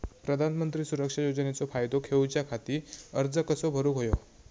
प्रधानमंत्री सुरक्षा योजनेचो फायदो घेऊच्या खाती अर्ज कसो भरुक होयो?